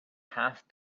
half